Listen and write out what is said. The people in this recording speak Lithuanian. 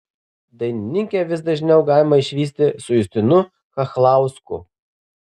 dainininkę vis dažniau galima išvysti su justinu chachlausku